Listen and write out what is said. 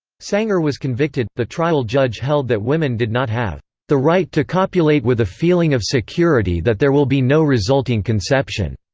sanger was convicted the trial judge held that women did not have the right to copulate with a feeling of security that there will be no resulting conception.